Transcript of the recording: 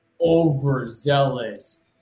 overzealous